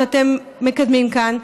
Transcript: שאתם מקדמים כאן,